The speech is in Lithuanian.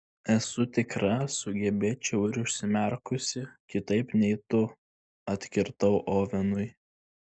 esu tikra sugebėčiau ir užsimerkusi kitaip nei tu atkirtau ovenui